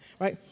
right